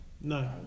No